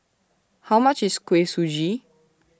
How much IS Kuih Suji